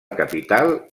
capital